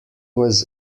was